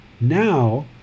now